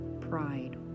pride